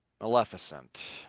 Maleficent